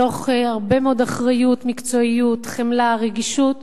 מתוך הרבה מאוד אחריות, מקצועיות, חמלה, רגישות,